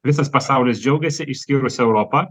visas pasaulis džiaugiasi išskyrus europą